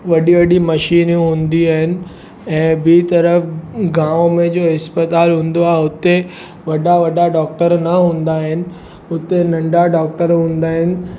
वॾी वॾी मशीनियूं हूंदी आहिनि ऐं ॿी तरफ़ गांव में जे इस्पतालि हूंदो आहे हुते वॾा वॾा डॉक्टर न हूंदा आहिनि हुते नंढा डॉक्टर हूंदा आहिनि